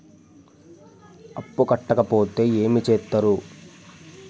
అప్పు కట్టకపోతే ఏమి చేత్తరు?